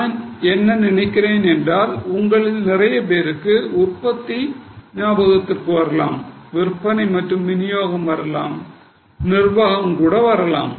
நான் என்ன நினைக்கிறேன் என்றால் உங்களில் நிறைய பேருக்கு உற்பத்தி ஞாபகத்திற்கு வரலாம் விற்பனை மற்றும் விநியோகம் வரலாம் நிர்வாகம் கூட வரலாம்